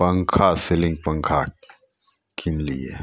पन्खा सीलिन्ग पन्खा किनलिए